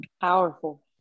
powerful